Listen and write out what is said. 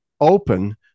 open